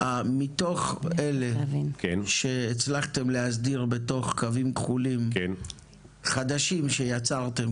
מתוך אלה שהצלחתם להסדיר בתוך קווים כחולים חדשים שיצרתם,